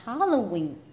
Halloween